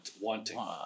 wanting